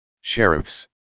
sheriffs